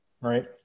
Right